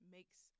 makes